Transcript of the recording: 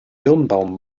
birnbaum